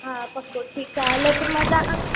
हा पको ठीकु आहे हलो त मां तव्हांखां